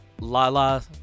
Lala